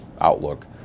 outlook